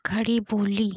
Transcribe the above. खड़ी बोली